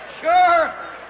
Sure